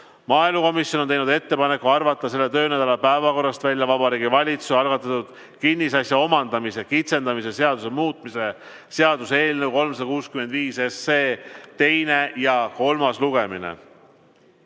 Maaelukomisjon on teinud ettepaneku arvata selle töönädala päevakorrast välja Vabariigi Valitsuse algatatud kinnisasja omandamise kitsendamise seaduse muutmise seaduse eelnõu 365 teine ja kolmas lugemine.